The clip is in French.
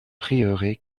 prieuré